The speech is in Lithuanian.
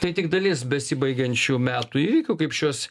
tai tik dalis besibaigiančių metų įvykių kaip šiuos